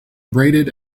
abraded